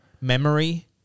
memory